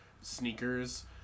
sneakers